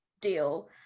deal